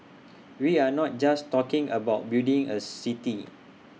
we are not just talking about building A city